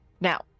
Now